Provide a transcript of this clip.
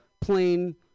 plain